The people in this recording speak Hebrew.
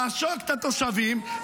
לעשוק את התושבים,